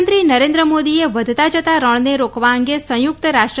પ્રધાનમંત્રી નરેન્દ્ર મોદીએ વધતા જતા રણને રોકવા અંગે સંયુક્ત રાષ્ટ્ર